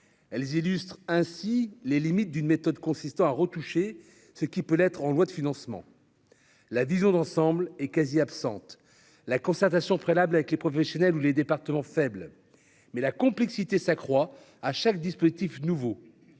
elles illustrent ainsi les limites d'une méthode consistant à retoucher ce qui peut l'être en loi de financement, la vision d'ensemble est quasi absente la concertation préalable avec les professionnels ou les départements faible mais la complexité s'accroît à chaque dispositif nouveau